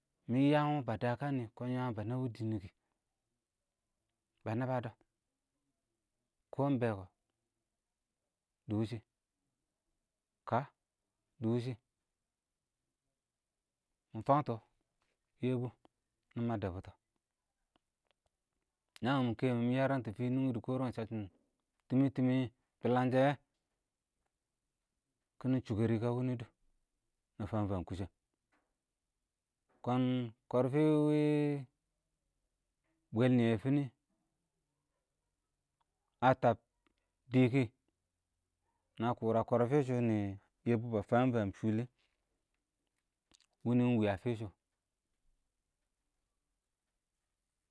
bɪ yəən bədəkə kɔn yəəm bə nəddɪ wɪɪ, bə nəbə dɔ kɔ mɪ bɛ kɔɔ dɪ wɪshɪ kə dɔshɪ, mɪ fəng tɔ yɛ bʊ nɪ məddɛ bʊtɔ nəən wɪ kʊyɛnghɪ mɪ mɪrəng tɔ fɪ nʊnghɪ dɪ kɔrəng tɔ səcchɪm tɪmɪ tɪmɪ, tʊləng shɛ, kɪnɪ shʊkərɪ ɪng kə wɪnɪ dʊrr, nə fəəm-fəəm kʊshɛ, kɔɔn kɔrfɪ ɪng wɪ, bwɛl nɪyɛ fɪ nɪ ə təəb dɪ kɪ, nə kʊrə kɔrfɪ ɪng shɪ wɪ yɛbʊ bə fəəm-fəəm fɪlɪ, wɪnɪ ɪng wɪ ə fɪ shʊ.